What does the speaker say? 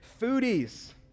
foodies